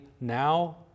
now